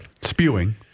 Spewing